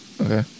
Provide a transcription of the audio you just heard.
Okay